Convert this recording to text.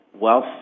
wealth